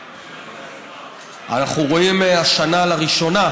אנחנו רואים השנה לראשונה,